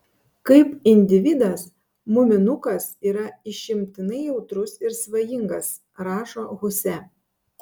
kaip individas muminukas yra išimtinai jautrus ir svajingas rašo huse